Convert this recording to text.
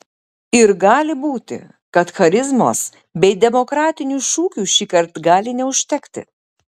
ir gali būti kad charizmos bei demokratinių šūkių šįkart gali neužtekti